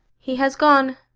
he has gone.